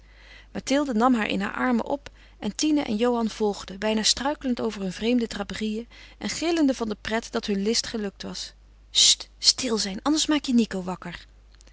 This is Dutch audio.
mathilde nam haar in haar arm op en tine en johan volgden bijna struikelend over hun vreemde draperieën en gillende van de pret dat hun list gelukt was st stil zijn anders maak je nico wakker